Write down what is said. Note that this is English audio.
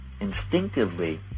instinctively